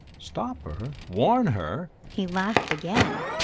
stop her? warn her? he laughed again.